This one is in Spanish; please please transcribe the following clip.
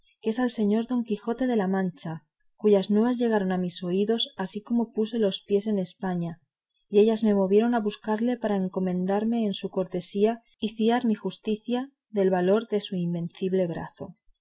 es al señor don quijote de la mancha cuyas nuevas llegaron a mis oídos así como puse los pies en españa y ellas me movieron a buscarle para encomendarme en su cortesía y fiar mi justicia del valor de su invencible brazo